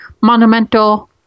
monumental